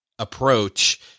approach